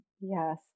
Yes